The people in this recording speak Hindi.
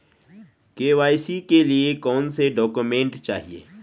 के.वाई.सी के लिए कौनसे डॉक्यूमेंट चाहिये?